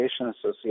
Association